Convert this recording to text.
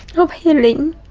of healing.